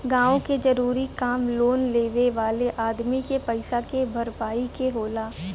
गवाह के जरूरी काम लोन लेवे वाले अदमी के पईसा के भरपाई के होला